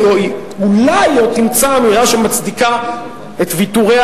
אולי היא עוד תמצא מלה שמצדיקה את ויתוריה